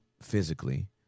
physically